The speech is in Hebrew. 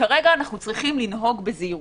שעלינו לנהוג בזהירות.